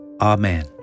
Amen